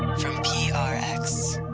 from prx,